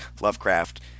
Lovecraft